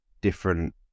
different